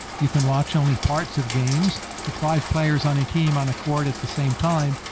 you can watch only parts of games. with five players on a team on a court at the same time,